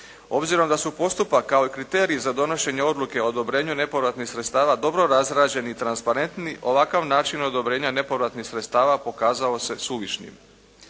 Obzirom da su postupak kao i kriterij za donošenje odluke o odobrenju nepovratnih sredstava dobro razrađeni i transparentni ovakav način odobrenja nepovratnih sredstava pokazao se suvišnim.